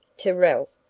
to ralph,